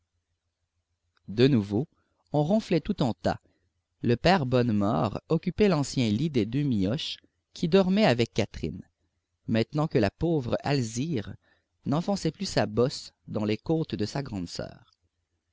de nouveau on ronflait tous en tas le père bonnemort occupait l'ancien lit des deux mioches qui dormaient avec catherine maintenant que la pauvre alzire n'enfonçait plus sa bosse dans les côtes de sa grande soeur